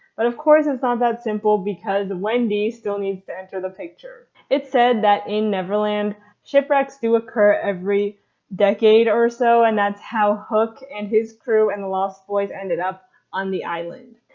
but of course it's not that simple because wendy still needs to enter the picture. it's said that in neverland shipwrecks do occur every decade or so and that's how hook and his crew and the lost boys ended up on the island.